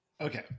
okay